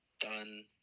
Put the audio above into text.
done